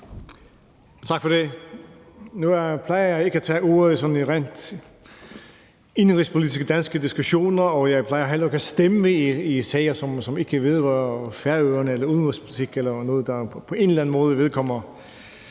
Nu plejer jeg ikke at tage ordet i sådan rent danske indenrigspolitiske diskussioner, og jeg plejer heller ikke at stemme i sager, som ikke vedrører Færøerne, udenrigspolitik eller noget, der på en eller anden måde vedkommer